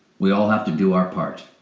we all have to do our part.